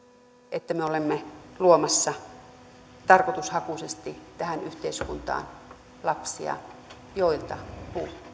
että me olemme luomassa tarkoitushakuisesti tähän yhteiskuntaan lapsia joilta